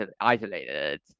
isolated